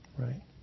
right